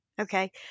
okay